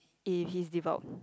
if he's